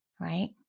right